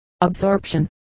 absorption